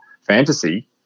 fantasy